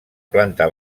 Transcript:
planta